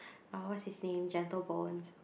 oh what is his name Gentle-Bones